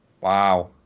Wow